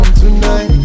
tonight